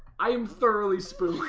i am thoroughly so